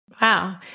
Wow